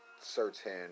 certain